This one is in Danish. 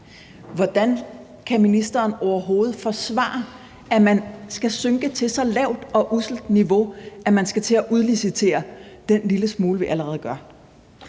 Hvordan kan ordføreren overhovedet forsvare, at man skal synke til så lavt og usselt et niveau, at man skal til at udlicitere den lille smule, vi allerede gør?